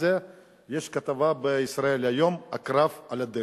ההצעה אושרה.